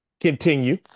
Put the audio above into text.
Continue